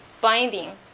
binding